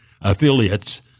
affiliates